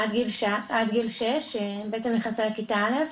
עד גיל שש שבעצם היא נכנסה לכיתה א',